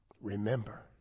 remember